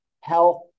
health